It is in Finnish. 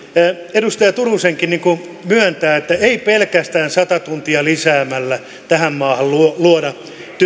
edustaja turusenkin myöntää että ei pelkästään sata tuntia lisäämällä tähän maahan luoda luoda